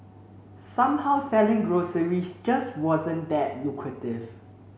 somehow selling groceries just wasn't that lucrative